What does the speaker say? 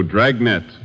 Dragnet